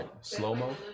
slow-mo